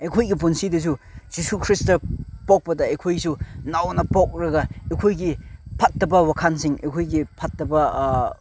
ꯑꯩꯈꯣꯏꯒꯤ ꯄꯨꯟꯁꯤꯗꯁꯨ Jesus Christ ꯄꯣꯛꯄꯗ ꯑꯩꯈꯣꯏꯁꯨ ꯅꯧꯅ ꯄꯣꯛꯂꯒ ꯑꯩꯈꯣꯏꯒꯤ ꯐꯠꯇꯕ ꯋꯥꯈꯟꯁꯤꯡ ꯑꯩꯈꯣꯏꯒꯤ ꯐꯠꯇꯕ